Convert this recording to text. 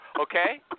okay